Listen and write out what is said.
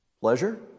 pleasure